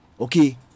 Okay